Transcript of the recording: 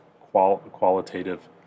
qualitative